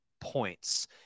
points